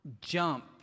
jump